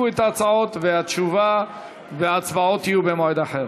שבן-זוגו משרת שירות מילואים בנסיבות חירום),